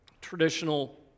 traditional